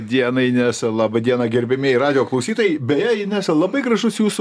dienai nes laba diena gerbiamieji radijo klausytojai beje inesa labai gražus jūsų